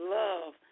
love